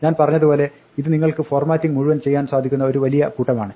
ഞാൻ പറഞ്ഞത് പോലെ ഇത് നിങ്ങൾക്ക് ഫോർമാറ്റിംഗ് മുഴുവൻ ചെയ്യാൻ സാധിക്കുന്ന ഒരു വലിയ കൂട്ടമാണ്